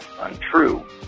untrue